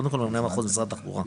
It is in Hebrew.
קודם כל ממונה מחוז משרד התחבורה,